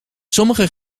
sommige